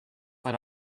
but